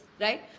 right